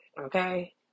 Okay